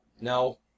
No